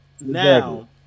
now